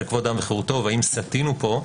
על כבוד אדם וחירותו והאם סטינו פה.